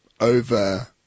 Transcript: over